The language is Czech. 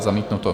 Zamítnuto.